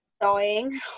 dying